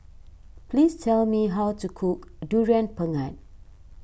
please tell me how to cook Durian Pengat